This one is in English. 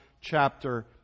chapter